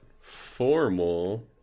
formal